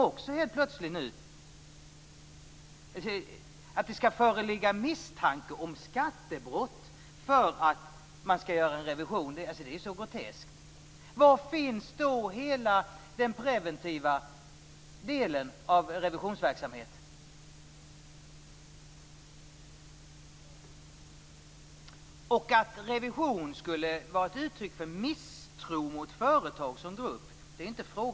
Att det skall föreligga misstanke om skattebrott för att man skall göra en revision är så groteskt. Var finns då hela den preventiva delen av revisionsverksamheten? Det är inte fråga om att revision skulle vara ett uttryck för misstro mot företag som grupp.